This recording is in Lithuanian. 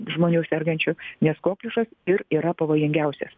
žmonių sergančių nes kokliušas ir yra pavojingiausias